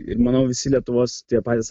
ir manau visi lietuvos tie patys